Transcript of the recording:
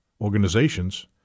organizations